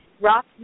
rock